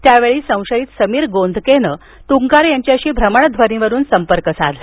त्यावेळी संशयित समीर गोंदकेनं तूंगार यांच्याशी भ्रमणध्वनीवरून संपर्क साधला